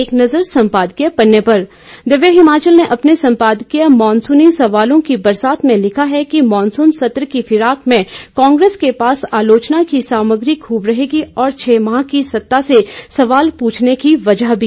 एक नज़र सम्पादकीय पन्ने पर दिव्य हिमाचल ने अपने संपादकीय मानसूनी सवालों की बरसात में लिखा है कि मानसून सत्र की फिराक में कांग्रेस के पास आलोचना की सामग्री खूब रहेगी और छह माह की सत्ता से सवाल पूछने की वजह भी